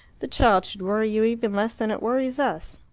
the child should worry you even less than it worries us.